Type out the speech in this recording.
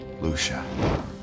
Lucia